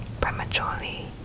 prematurely